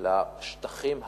לשטחים הפתוחים,